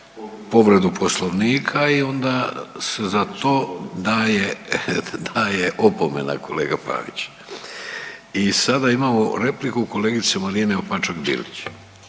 povredu poslovnika i onda se za to daje, daje opomena kolega Pavić. I sada imamo repliku kolegice Marine Opačak Bilić.